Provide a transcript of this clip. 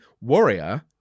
Warrior